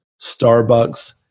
Starbucks